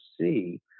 see